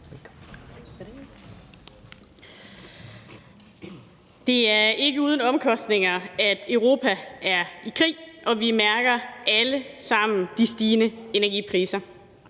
Det er ikke uden omkostninger, at Europa er i krig, og vi mærker alle sammen de stigende energipriser.